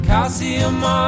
Calcium